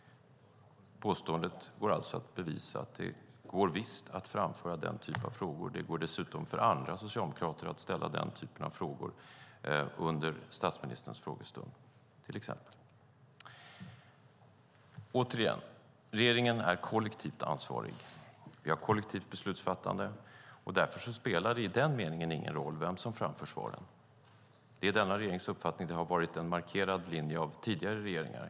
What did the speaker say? Det går alltså att bevisa påståendet att det går att framföra den typen av frågor. Det går dessutom för andra socialdemokrater att ställa den typen av frågor under statsministerns frågestund till exempel. Återigen: Regeringen är kollektivt ansvarig. Vi har ett kollektivt beslutsfattande. Därför spelar det i den meningen ingen roll vem som framför svaren. Det är denna regerings uppfattning, och det har varit en markerad linje av tidigare regeringar.